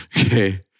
Okay